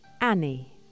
Annie